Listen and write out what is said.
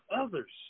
others